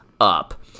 up